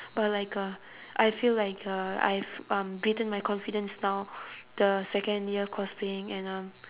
but like uh I feel like uh I have um beaten my confidence now the second year cosplaying and um